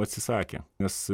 atsisakė nes